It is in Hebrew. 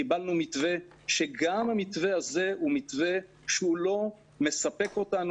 קיבלנו מתווה שגם המתווה הזה הוא מתווה שהוא לא מספק אותנו.